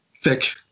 thick